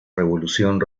revolución